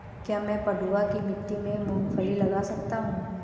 क्या मैं पडुआ की मिट्टी में मूँगफली लगा सकता हूँ?